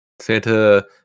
santa